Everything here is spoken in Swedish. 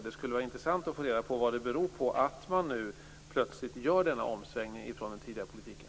Det skulle vara intressant att få reda på vad det beror på att man nu plötsligt gör denna omsvängning från den tidigare politiken.